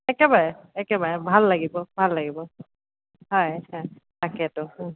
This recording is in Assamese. একেবাৰে একেবাৰে ভাল লাগিব ভাল লাগিব হয় তাকেতো